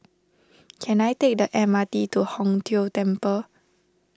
can I take the M R T to Hong Tho Temple